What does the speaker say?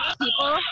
people